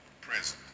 present